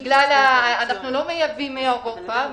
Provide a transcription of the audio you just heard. אנחנו לא מייבאים מאירופה.